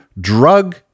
drug